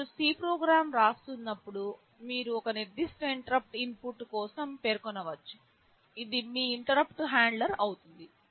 మీరు C program వ్రాస్తున్నప్పుడు మీరు ఒక నిర్దిష్ట ఇంటరుప్పుట్ ఇన్పుట్ కోసం పేర్కొనవచ్చు ఇది మీ ఇంటరుప్పుట్ హ్యాండ్లర్ అవుతుంది